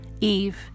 Eve